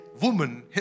woman